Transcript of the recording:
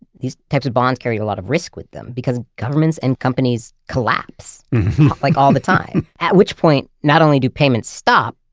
these types of bonds carried a lot of risk with them, because governments and companies collapse like all the time. at which point not only do payments stop,